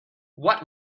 what